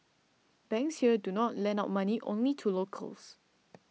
banks here do not lend out money only to locals